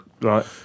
Right